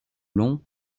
long